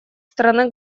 стороны